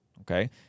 Okay